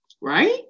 right